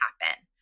happen